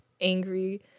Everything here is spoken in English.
angry